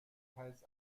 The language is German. teils